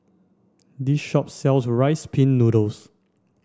this shop sells Rice Pin Noodles